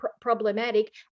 problematic